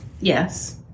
Yes